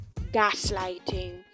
gaslighting